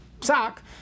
sock